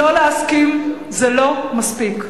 לא להסכים זה לא מספיק.